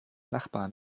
nachbarn